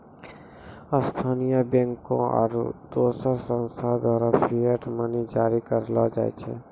स्थानीय बैंकों आरू दोसर संस्थान द्वारा फिएट मनी जारी करलो जाय छै